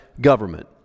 government